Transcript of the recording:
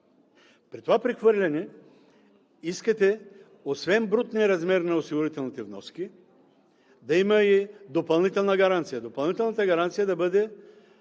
При това прехвърляне искате освен брутния размер на осигурителните вноски да има и допълнителна гаранция. Допълнителната гаранция да бъде